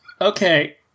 Okay